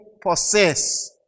possess